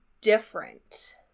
different